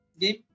game